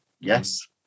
Yes